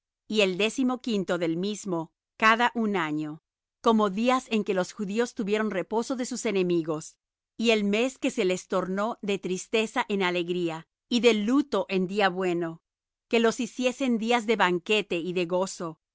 y el décimoquinto del mismo cada un año como días en que los judíos tuvieron reposo de sus enemigos y el mes que se les tornó de tristeza en alegría y de luto en día bueno que los hiciesen días de banquete y de gozo y de